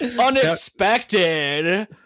Unexpected